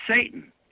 Satan